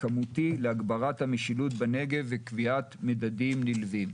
כמותי להגברת המשילות בנגב וקביעת מדדים נלווים.